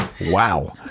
Wow